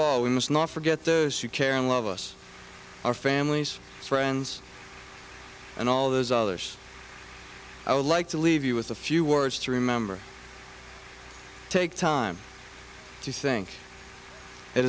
all we must not forget the care and love us our families friends and all those others i would like to leave you with a few words to remember take time to think it